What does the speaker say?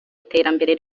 iterambere